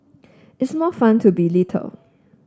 it's more fun to be little